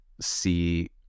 see